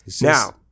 now